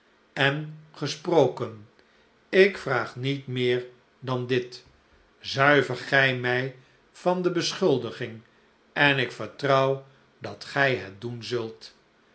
en gesproken ik vraag niet meer dan dit zuiver gij mij van de beschuldiging en ik vertrouw dat gij het doen zult